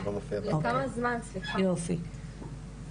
יופי.